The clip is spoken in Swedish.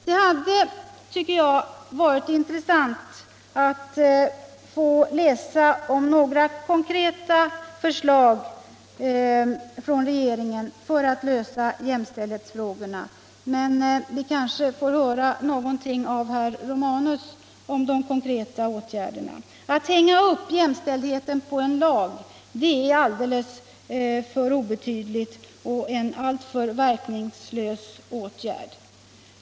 Jag tycker att det hade varit intressant att få några konkreta förslag från regeringen på hur man skall lösa jämställdhetsfrågorna. Men vi får kanske höra någonting av herr Romanus. Att hänga upp jämställdheten på en lag är en alldeles för obetydlig och verkningslös åtgärd.